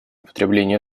потребления